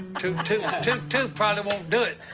two-two two-two probably won't do it.